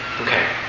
Okay